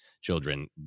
children